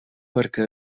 perquè